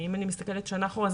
אם אני מסתכלת שנה אחורה,